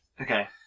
Okay